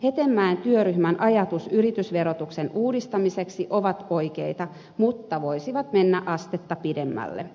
hetemäen työryhmän ajatukset yritysverotuksen uudistamiseksi ovat oikeita mutta voisivat mennä astetta pidemmälle